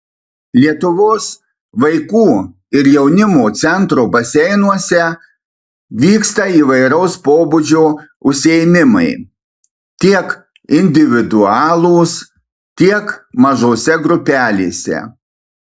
lietuvos vaikų ir jaunimo centro baseinuose vyksta įvairaus pobūdžio užsiėmimai tiek individualūs tiek mažose grupelėse